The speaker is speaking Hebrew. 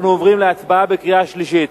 אנחנו עוברים להצבעה בקריאה שלישית.